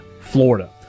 Florida